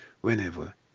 whenever